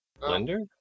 Blender